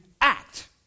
act